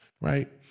Right